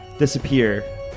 Disappear